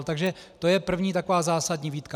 Takže to je první taková zásadní výtka.